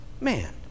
man